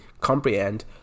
comprehend